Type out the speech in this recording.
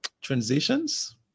transitions